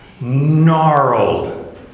gnarled